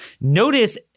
Notice